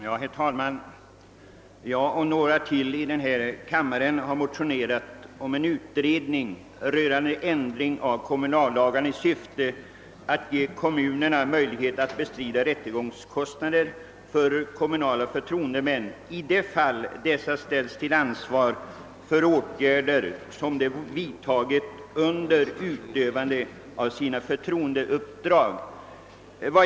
Herr talman! Jag har tillsammans med några ledamöter av denna kammare och medkammaren motionerat om »en utredning rörande ändring av kommunallagarna i syfte att ge kommunerna möjlighet att bestrida rättegångskostnader för kommunala förtroendemän i de fall dessa ställes till ansvar för åtgärder som de vidtagit under utövande av sina förtroendeuppdrag».